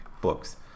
books